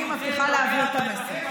אני מבטיחה להעביר את המסר.